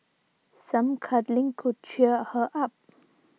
some cuddling could cheer her up